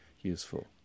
useful